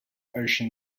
ocean